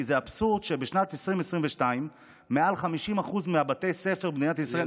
כי זה אבסורד שבשנת 2022 מעל 50% מבתי הספר במדינת ישראל,